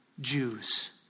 Jews